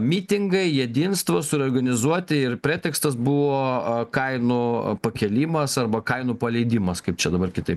mitingai jedinstvos suroganizuoti ir pretekstas buvo kainų pakėlimas arba kainų paleidimas kaip čia dabar kitaip